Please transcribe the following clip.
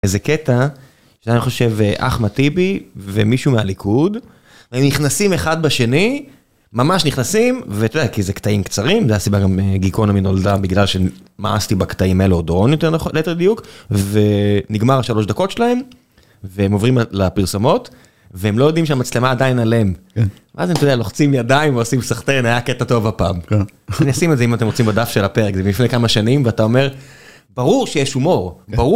איזה קטע שאני חושב אחמד טיבי ומישהו מהליכוד נכנסים אחד בשני ממש נכנסים ואתה יודע כי זה קטעים קצרים זה הסיבה גם גיקונומי נולדה בגלל שמאסתי בקטעים האלה עוד יותר נכון ליתר דיוק ונגמר 3 דקות שלהם. והם עוברים לפרסומות והם לא יודעים שהמצלמה עדיין עליהם, לוחצים ידיים ועושים סחתיין היה קטע טוב הפעם אני אשים את זה אם אתם רוצים בדף של הפרק זה מלפני כמה שנים ואתה אומר, ברור שיש הומור ברור.